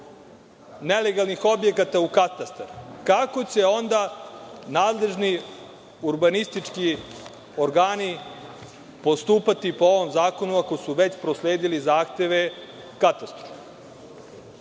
nelegalnih objekata u katastar, kako će onda nadležni urbanistički organi postupati po ovom zahtevu ako su već prosledili zahteve katastru?